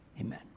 Amen